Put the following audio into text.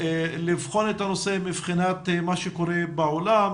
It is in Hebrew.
לבחון את הנושא מבחינת מה שקורה בעולם,